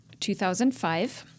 2005